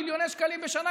מיליוני שקלים בשנה,